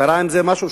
קרה עם זה משהו?